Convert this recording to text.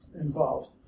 involved